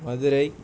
Madurai